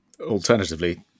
alternatively